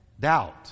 doubt